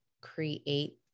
create